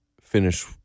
finish